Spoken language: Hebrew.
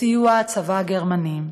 בסיוע הצבא הגרמני.